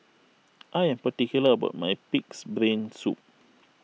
I am particular about my Pig's Brain Soup